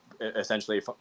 essentially